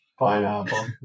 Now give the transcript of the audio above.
Pineapple